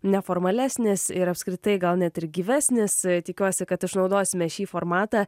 neformalesnis ir apskritai gal net ir gyvesnis tikiuosi kad išnaudosime šį formatą